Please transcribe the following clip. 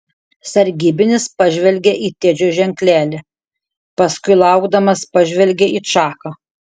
sargybinis pažvelgė į tedžio ženklelį paskui laukdamas pažvelgė į čaką